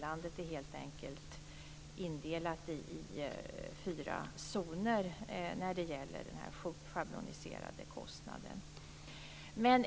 Landet är helt enkelt indelat i fyra zoner när det gäller den schabloniserade kostnaden.